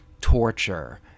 torture